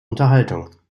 unterhaltung